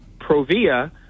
Provia